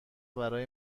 برای